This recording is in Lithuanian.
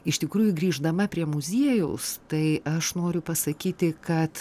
iš tikrųjų grįždama prie muziejaus tai aš noriu pasakyti kad